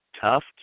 tough